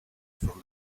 from